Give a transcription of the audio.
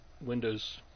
Windows